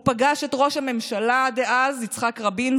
הוא פגש את ראש הממשלה דאז יצחק רבין,